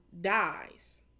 dies